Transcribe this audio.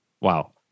wow